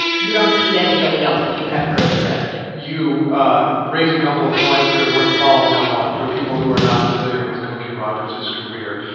you don't need anybody else if you have her as your advocate you raise a couple of points that are worth following up on for people who are not familiar with cokie roberts' career.